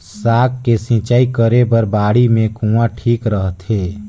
साग के सिंचाई करे बर बाड़ी मे कुआँ ठीक रहथे?